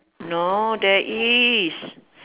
no there is